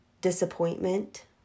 disappointment